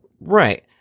Right